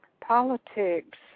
politics